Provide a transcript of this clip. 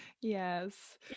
Yes